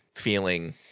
Feeling